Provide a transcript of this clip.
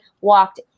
walked